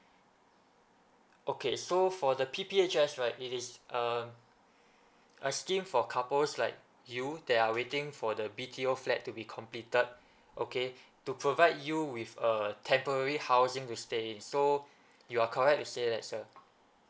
okay so for the P_P_H_S right it is uh a scheme for couples like you that are waiting for the B_T_O flat to be completed okay to provide you with a temporary housing to stay so you are correct to say that sir